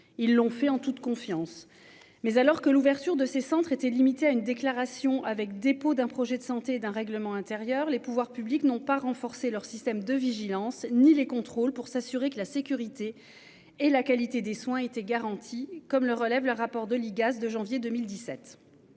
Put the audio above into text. ils l'ont fait en toute confiance. Mais alors que l'ouverture de ces centres étaient limité à une déclaration avec dépôt d'un projet de santé d'un règlement intérieur les pouvoirs publics n'ont pas renforcé leurs systèmes de vigilance ni les contrôles pour s'assurer que la sécurité et la qualité des soins, été garantie comme le relève le rapport de l'IGAS de janvier 2017.